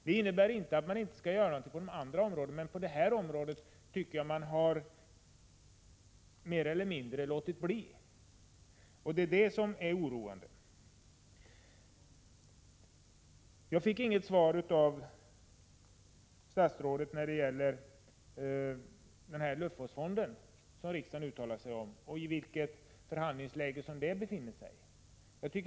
Det innebär inte att man inte skall göra någonting på andra områden, men på detta område har man mer eller mindre låtit bli att göra något, och det är detta som är oroande. Jag fick inget svar av statsrådet på frågan om luftvårdsfonden, som riksdagen har uttalat sig om. Jag fick inte veta i vilket förhandlingsläge frågan befinner sig.